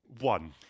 One